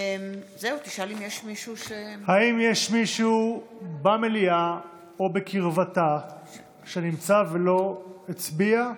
האם יש מישהו במליאה או בקרבתה שנמצא ולא הצביע?